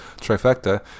trifecta